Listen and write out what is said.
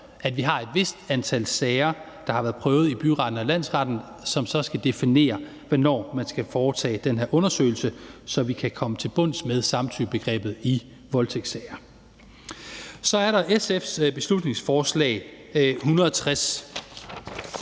at vi har et vist antal sager, der har været prøvet i byretten og landsretten, og som så skal definere, hvornår man skal foretage den her undersøgelse, så vi kan komme til bunds med samtykkebegrebet i voldtægtssager. Så er der SF's beslutningsforslag B 160.